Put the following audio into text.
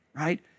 right